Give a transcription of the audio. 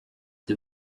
the